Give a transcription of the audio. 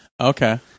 Okay